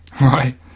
Right